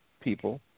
people